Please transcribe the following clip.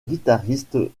guitariste